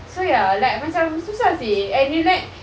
so ya like macam susah seh and you like